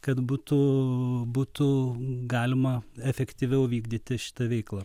kad būtų būtų galima efektyviau vykdyti šitą veiklą